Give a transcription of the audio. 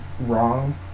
wrong